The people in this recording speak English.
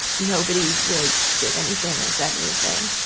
nobody really did anything or said anything.